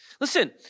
Listen